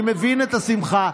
אני מבין את השמחה,